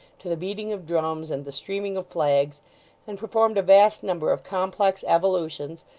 to the beating of drums, and the streaming of flags and performed a vast number of complex evolutions,